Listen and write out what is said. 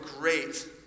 great